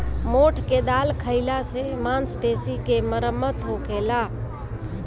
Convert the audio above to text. मोठ के दाल खाईला से मांसपेशी के मरम्मत होखेला